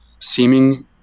seeming